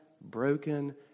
broken